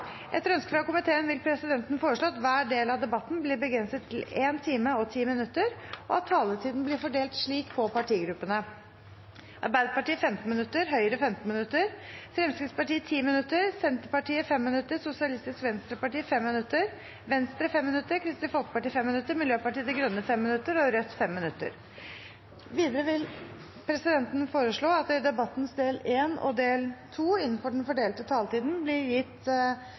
Etter ønske fra komiteen vil presidenten foreslå at hver del av debatten blir begrenset til 1 time og 10 minutter, og at taletiden blir fordelt slik på partigruppene: Arbeiderpartiet 15 minutter, Høyre 15 minutter, Fremskrittspartiet 10 minutter, Senterpartiet 5 minutter, Sosialistisk Venstreparti 5 minutter, Venstre 5 minutter, Kristelig Folkeparti 5 minutter, Miljøpartiet De Grønne 5 minutter og Rødt 5 minutter. Videre vil presidenten foreslå at det i debattens del 1 og del 2 – innenfor den fordelte taletiden – blir gitt